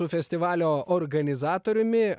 su festivalio organizatoriumi